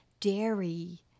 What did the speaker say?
dairy